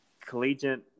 Collegiate